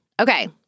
Okay